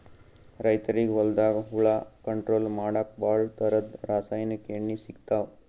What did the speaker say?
ರೈತರಿಗ್ ಹೊಲ್ದಾಗ ಹುಳ ಕಂಟ್ರೋಲ್ ಮಾಡಕ್ಕ್ ಭಾಳ್ ಥರದ್ ರಾಸಾಯನಿಕ್ ಎಣ್ಣಿ ಸಿಗ್ತಾವ್